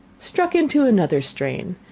struck into another strain,